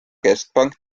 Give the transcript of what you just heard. keskpank